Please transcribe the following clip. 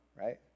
right